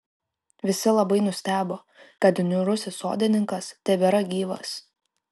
visi labai nustebo kad niūrusis sodininkas tebėra gyvas